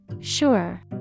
Sure